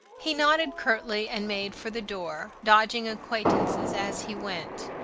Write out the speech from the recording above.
he nodded curtly and made for the door, dodging acquaintances as he went.